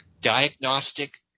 Diagnostic